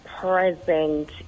present